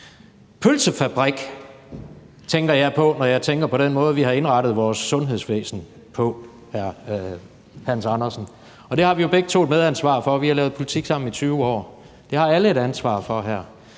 Pølsefabrik er det, jeg tænker på, når jeg tænker på den måde, vi har indrettet vores sundhedsvæsen på, hr. Hans Andersen, og det har vi jo begge to et medansvar for, vi har lavet politik sammen i 20 år. Det har alle her et ansvar for.